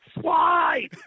slide